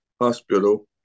hospital